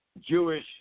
Jewish